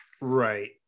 Right